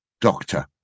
doctor